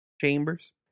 Chambers